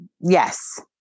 Yes